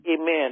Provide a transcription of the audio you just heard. Amen